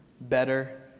better